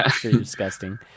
disgusting